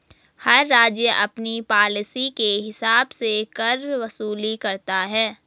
हर राज्य अपनी पॉलिसी के हिसाब से कर वसूली करता है